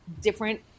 different –